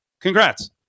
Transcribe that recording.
Congrats